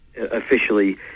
officially